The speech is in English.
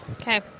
Okay